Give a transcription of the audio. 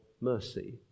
mercy